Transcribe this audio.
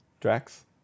Drax